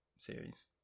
series